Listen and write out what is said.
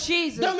Jesus